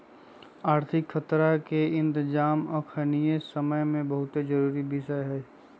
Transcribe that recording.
आर्थिक खतरा के इतजाम अखनीके समय में बहुते जरूरी विषय हइ